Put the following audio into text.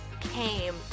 came